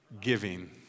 giving